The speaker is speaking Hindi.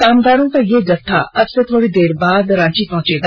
कामगारों का यह जत्था अब से थोड़ी देर बाद रांची पहुंचेगा